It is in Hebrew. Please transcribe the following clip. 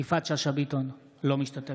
אינה נוכחת יפעת שאשא ביטון, אינה משתתפת